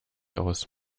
aus